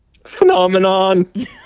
Phenomenon